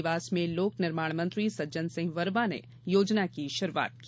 देवास में लोक निर्माण मंत्री सज्जन सिंह वर्मा ने योजना की शुरूआत की